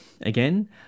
Again